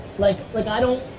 like like i don't,